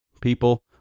people